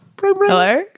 Hello